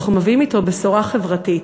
ואנחנו מביאים אתו בשורה חברתית.